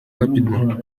rapidement